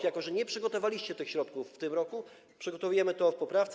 Jako że nie przygotowaliście tych środków w tym roku, przygotowujemy to w poprawce.